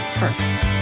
first